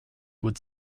would